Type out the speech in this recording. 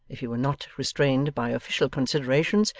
if he were not restrained by official considerations,